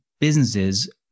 businesses